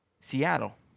Seattle